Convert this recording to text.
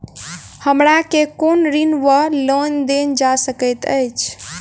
हमरा केँ कुन ऋण वा लोन देल जा सकैत अछि?